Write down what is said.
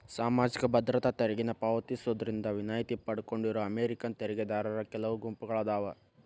ಸಾಮಾಜಿಕ ಭದ್ರತಾ ತೆರಿಗೆನ ಪಾವತಿಸೋದ್ರಿಂದ ವಿನಾಯಿತಿ ಪಡ್ಕೊಂಡಿರೋ ಅಮೇರಿಕನ್ ತೆರಿಗೆದಾರರ ಕೆಲವು ಗುಂಪುಗಳಾದಾವ